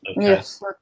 Yes